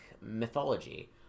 mythology